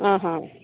ಹಾಂ ಹಾಂ